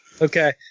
Okay